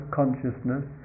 consciousness